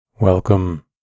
Welcome